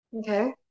Okay